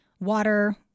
water